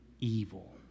evil